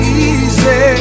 easy